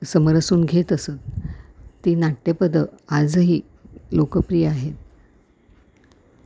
समरसून घेत असत ती नाट्यपदं आजही लोकप्रिय आहेत